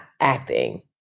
acting